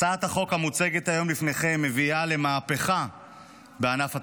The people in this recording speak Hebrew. הצעת החוק המוצגת היום לפניכם מביאה למהפכה בענף התיירות.